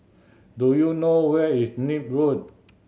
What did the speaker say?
do you know where is Nim Road